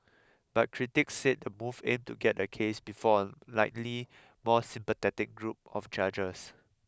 but critics said the move aimed to get the case before a likely more sympathetic group of judges